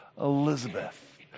Elizabeth